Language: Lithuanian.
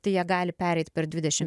tai jie gali pereit per dvidešim